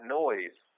noise